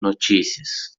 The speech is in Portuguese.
notícias